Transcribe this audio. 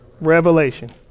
Revelation